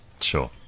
Sure